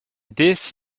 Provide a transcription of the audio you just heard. déesse